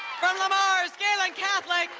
lemars gahlen catholic,